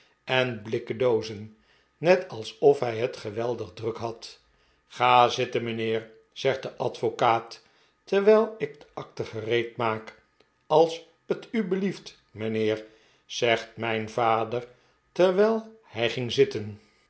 en blikken doozen net alsof hij het geweldig druk had ga zitten mijnheer zegt de advocaat terwijl ik de acte gereedmaak als t u belieft mijnheer zegt mijn vader terwijl hij ging zit